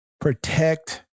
Protect